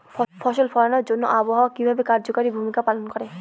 ফসল ফলানোর জন্য আবহাওয়া কিভাবে কার্যকরী ভূমিকা পালন করে?